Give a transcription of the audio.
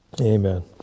Amen